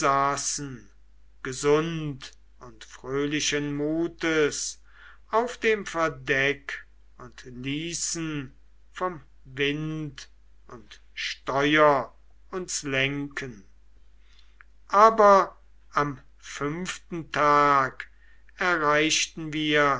gesund und fröhlichen mutes auf dem verdeck und ließen vom wind und steuer uns lenken aber am fünften tag erreichten wir